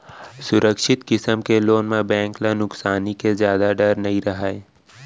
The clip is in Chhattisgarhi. सुरक्छित किसम के लोन म बेंक ल नुकसानी के जादा डर नइ रहय